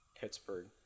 Pittsburgh